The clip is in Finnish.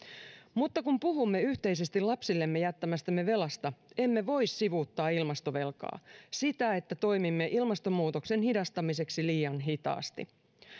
kun puhumme yhteisesti lapsillemme jättämästämme velasta emme voi sivuuttaa ilmastovelkaa sitä että toimimme ilmastonmuutoksen hidastamiseksi liian hitaasti